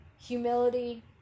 humility